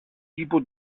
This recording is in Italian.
tipo